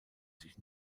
sich